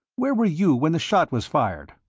where were you when the shot was fired?